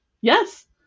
yes